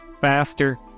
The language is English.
faster